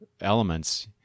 elements